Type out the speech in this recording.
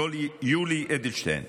יולי אדלשטיין,